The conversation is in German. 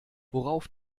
worauf